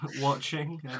watching